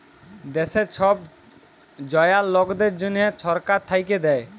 দ্যাশের ছব জয়াল লকদের জ্যনহে ছরকার থ্যাইকে দ্যায়